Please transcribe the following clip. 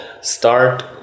start